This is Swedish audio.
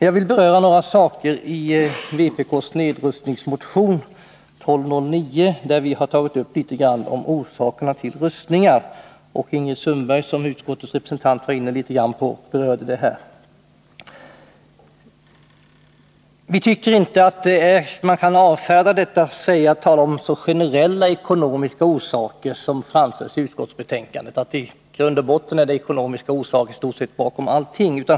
Jag vill beröra några punkter i vpk:s nedrustningsmotion, nr 1209, i vilken vi har tagit upp en del av orsakerna till rustningarna. Ingrid Sundberg var som utskottets representant också inne på rustningsorsakerna i sitt anförande. Vi tycker inte att man kan avfärda den delen av problemet och bara tala om generella ekonomiska orsaker, så som man gör i utskottsbetänkandet, och hävda att det i grund och botten är ekonomiska orsaker bakom allting.